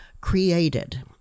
created